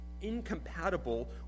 incompatible